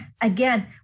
again